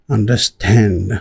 Understand